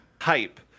hype